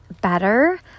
better